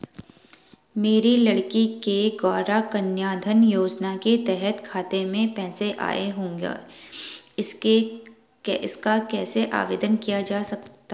मेरी लड़की के गौंरा कन्याधन योजना के तहत खाते में पैसे आए होंगे इसका कैसे आवेदन किया जा सकता है?